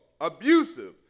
abusive